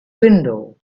window